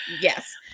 Yes